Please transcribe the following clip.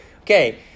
Okay